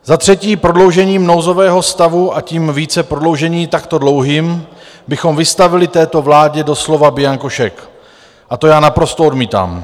Za třetí prodloužením nouzového stavu, a tím více prodloužení takto dlouhým, bychom vystavili této vládě doslova bianko šek a to já naprosto odmítám.